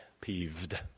peeved